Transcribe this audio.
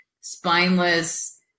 spineless